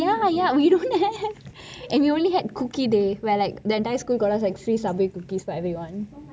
ya ya ya we dun have we only had cookies day where the entire school got free subway cookies for everyone